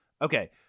Okay